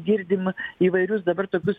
girdim įvairius dabar tokius